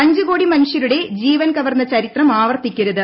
അഞ്ചു കോടി മനുഷ്യരുടെ ജീവൻ കവർന്ന ചരിത്രം ആവർത്തിക്കരുത്